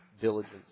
diligence